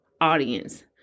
audience